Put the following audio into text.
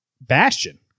Bastion